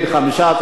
12, חמישה נגד.